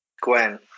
Gwen